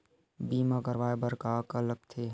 बीमा करवाय बर का का लगथे?